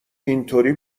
اینطوری